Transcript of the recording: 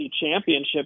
championship